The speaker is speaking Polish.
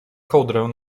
kołdrę